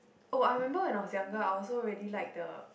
oh I remember when I was younger I also really liked the